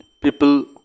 people